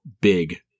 big